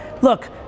Look